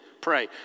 Pray